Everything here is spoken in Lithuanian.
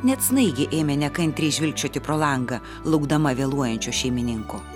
net snaigė ėmė nekantriai žvilgčioti pro langą laukdama vėluojančio šeimininko